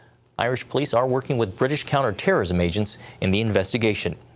irish police are working with british counterterrorism agents in the investigation.